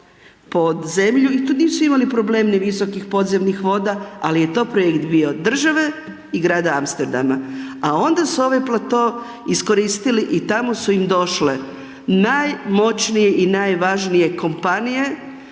pod zemlju i tu nisu imali problem ni visokih podzemnih voda ali je to projekt bio od države i grada Amsterdama a onda su ovaj plato iskoristili i tamo su im došle najmoćnije i najvažnije kompanije